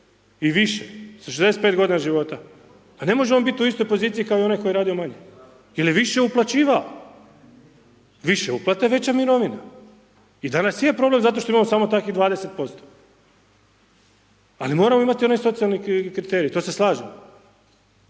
i više sa 65 g. života, pa ne može on biti u istoj poziciji kao i onaj koji je radio manje jer je više uplaćivao, više uplata, veća mirovina. I danas je problem zato što imamo samo takvih 20%. ali moramo imati one socijalne kriterije, to se slažemo.